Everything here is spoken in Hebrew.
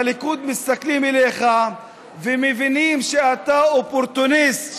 בליכוד מסתכלים עליך ומבינים שאתה אופורטוניסט,